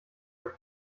euch